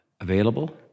available